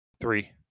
Three